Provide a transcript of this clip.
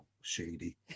shady